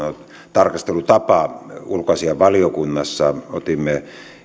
tarkastelutapa ulkoasiainvaliokunnassa otimme